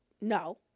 No